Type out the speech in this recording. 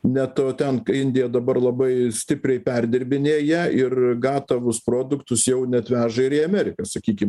net o ten kai indija dabar labai stipriai perdirbinėja ir gatavus produktus jau net veža ir ameriką sakykim